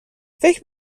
فکر